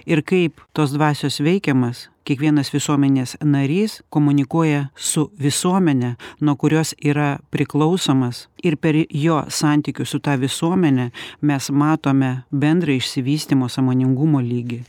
ir kaip tos dvasios veikiamas kiekvienas visuomenės narys komunikuoja su visuomene nuo kurios yra priklausomas ir per jo santykius su ta visuomene mes matome bendrą išsivystymo sąmoningumo lygį